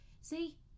See